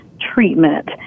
treatment